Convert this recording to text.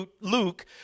Luke